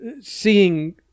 seeing